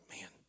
man